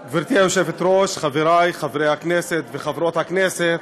היושבת-ראש, חברי חברי הכנסת וחברות הכנסת,